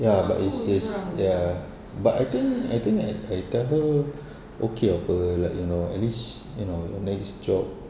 ya but it's it's ya but I think I think I tell her okay apa like you know at least you know the next job